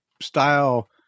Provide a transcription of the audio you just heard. style